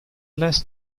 less